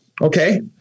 Okay